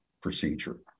procedure